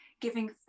giving